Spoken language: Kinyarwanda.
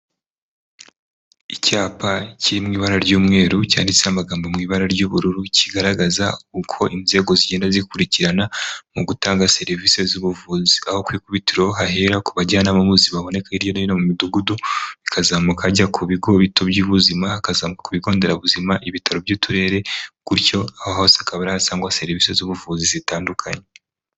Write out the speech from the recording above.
Icyapa kiri mu ibara ry'umweru cyanditseho amagambo mu ibara ry'ubururu kigaragaza uko inzego zigenda zikurikirana mu gutanga serivisi z'ubuvuzi, aho ku ikubitiro hahera ku bajyanama baboneka hirya no hino mu midugudu, bikazamuka bijya ku bigo bito by'ubuzima, hakazamuka ku ibigo nderabuzima, ibitaro by'uturere gutyo, aho hose akaba ariho hasangwa serivise z'ubuvuzi zitandukanye.